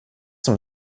zum